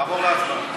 נעבור להצבעה.